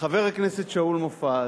חבר הכנסת שאול מופז,